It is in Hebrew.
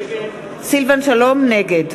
נגד סילבן שלום, נגד